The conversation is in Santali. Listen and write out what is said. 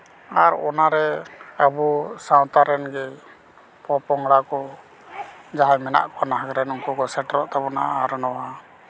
ᱟᱨ ᱚᱱᱟᱨᱮ ᱟᱵᱚ ᱥᱟᱶᱛᱟ ᱨᱮᱱ ᱜᱮ ᱯᱚᱼᱯᱚᱝᱲᱟ ᱠᱚ ᱡᱟᱦᱟᱸᱭ ᱢᱮᱱᱟᱜ ᱵᱚᱱᱟ ᱩᱱᱠᱩ ᱠᱚ ᱥᱮᱴᱮᱨᱚᱜ ᱛᱟᱵᱚᱱᱟ ᱟᱨ ᱱᱚᱣᱟ